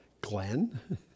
Glenn